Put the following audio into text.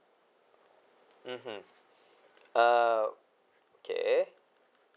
mmhmm uh okay